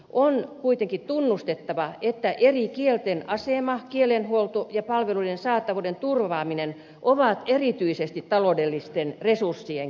on kuitenkin tunnustettava että eri kielten asema kielenhuolto ja palveluiden saatavuuden turvaaminen ovat erityisesti taloudellisten resurssien kysymyksiä